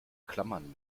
klammern